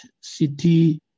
city